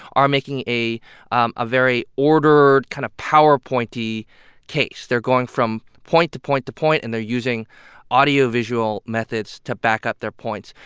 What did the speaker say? are making a um very ordered kind of powerpointy case. they're going from point to point to point, and they're using audiovisual methods to back up their points.